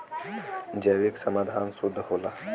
जैविक समान शुद्ध होला